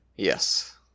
Yes